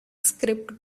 script